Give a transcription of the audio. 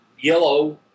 yellow